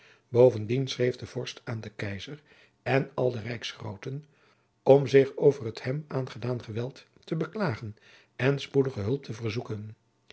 bovendien schreef de vorst aan den keizer en al de rijksgrooten om zich over het hem aangedaan geweld te beklagen en spoedige hulp te verzoeken